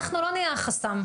אנחנו לא נהיה החסם.